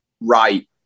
right